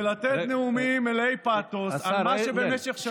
ולתת נאומים מלאי פתוס על מה שבמשך שנים,